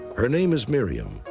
her name is miriam.